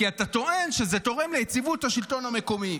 כי אתה טוען שזה תורם ליציבות השלטון המקומי.